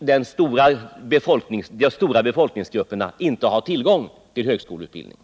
de stora befolkningsgrupperna inte har tillgång till högskoleutbildning.